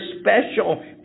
special